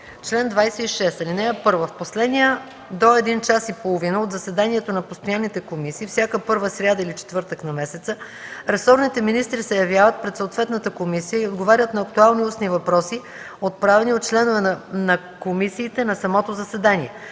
„Чл. 26. (1) В последния до един час и половина от заседанията на постоянните комисии, всяка първа сряда или четвъртък на месеца, ресорните министри се явяват пред съответните комисии и отговарят на актуални устни въпроси, отправени от членове на комисиите на самото заседание.